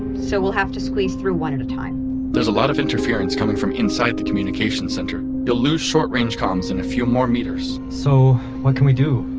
so we'll have to squeeze through one at a time there's a lot of interference coming from inside the communications center. you'll lose short range comms in a few more meters so what can we do?